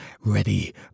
ready